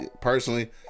personally